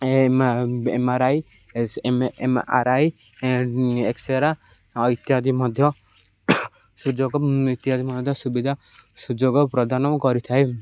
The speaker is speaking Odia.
MRI MRI M R I X-ray ଇତ୍ୟାଦି ମଧ୍ୟ ସୁଯୋଗ ଇତ୍ୟାଦି ମଧ୍ୟ ସୁବିଧା ସୁଯୋଗ ପ୍ରଦାନ କରିଥାଏ